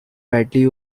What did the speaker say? widely